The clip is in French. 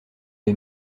les